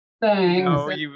Thanks